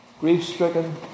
grief-stricken